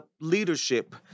leadership